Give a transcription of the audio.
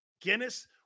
Guinness